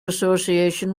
association